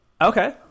Okay